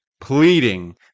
pleading